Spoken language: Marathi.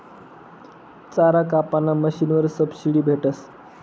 चारा कापाना मशीनवर सबशीडी भेटस